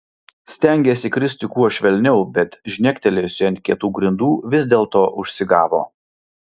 stengėsi kristi kuo švelniau bet žnektelėjusi ant kietų grindų vis dėlto užsigavo